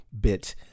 bit